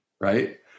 right